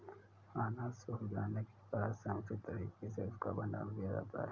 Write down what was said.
अनाज सूख जाने के बाद समुचित तरीके से उसका भंडारण किया जाता है